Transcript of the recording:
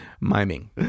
miming